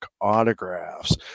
Autographs